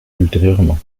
ultérieurement